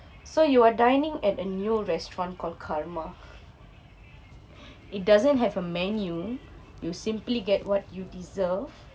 so you are dining at a new restaurant called karma it doesn't have a menu you simply get what you deserve